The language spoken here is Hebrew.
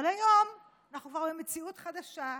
אבל היום אנחנו כבר במציאות חדשה.